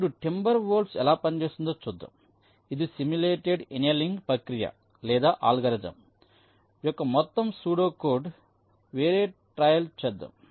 ఇప్పుడు టింబర్వోల్ఫ్ ఎలా పనిచేస్తుందో చూద్దాం ఇది సిములేటెడ్ ఎనియలింగ్ ప్రక్రియ లేదా అల్గోరిథం యొక్క మొత్తం సూడో కోడ్వేరే ట్రయల్ చూద్దాం